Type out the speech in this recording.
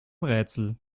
rätsel